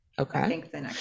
Okay